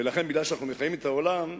ולכן, משום שאנחנו מחיים את העולם,